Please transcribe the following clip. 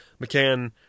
McCann